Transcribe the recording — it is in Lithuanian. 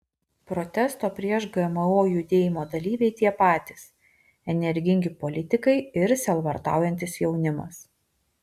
protesto prieš gmo judėjimo dalyviai tie patys energingi politikai ir sielvartaujantis jaunimas